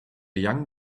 young